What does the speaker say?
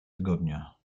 tygodnia